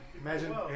Imagine